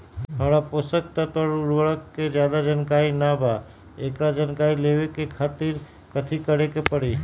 हमरा पोषक तत्व और उर्वरक के ज्यादा जानकारी ना बा एकरा जानकारी लेवे के खातिर हमरा कथी करे के पड़ी?